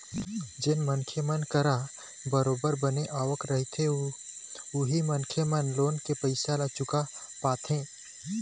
जेन मनखे मन करा बरोबर बने आवक रहिथे उही मनखे मन ह लोन के पइसा ल चुकाय पाथे